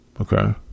Okay